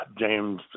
James